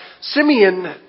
Simeon